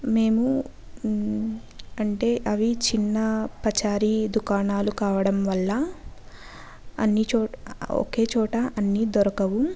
మేము అంటే అవి చిన్న పచారీ దుకాణాలు కావడం వల్ల అన్ని చో ఒకేచోట అన్ని దొరకవు